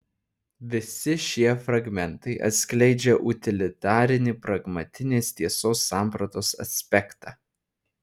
visi šie fragmentai atskleidžia utilitarinį pragmatinės tiesos sampratos aspektą